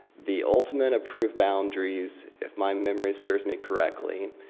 the ultimate approved boundaries, if my memory serves me correctly,